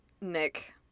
Nick